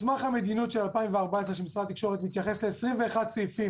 מסמך המדיניות של משרד התקשורת מ-2014 מתייחס ל-21 סעיפים